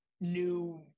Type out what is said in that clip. new